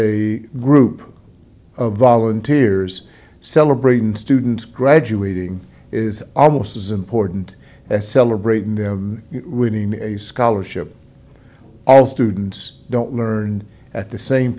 a group of volunteers celebrating students graduating is almost as important as celebrating winning a scholarship all students don't learn at the same